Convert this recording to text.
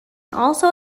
also